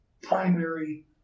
primary